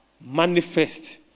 manifest